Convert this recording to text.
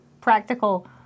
practical